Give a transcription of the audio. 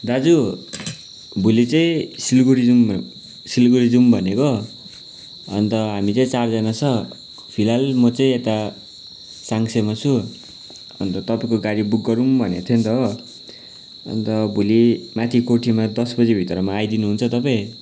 दाजु भोलि चाहिँ सिलगडी जाऊँ सिलगडी जाऊँ भनेको अन्त हामी चाहिँ चारजना छ फिलहाल म चाहिँ यता साङ्सेमा छु अन्त तपाईँको गाडी बुक गरौँ भनेको थियो न त हो अन्त भोलि माथि कोठीमा दस बजी भित्रमा आइदिनु हुन्छ तपाईँ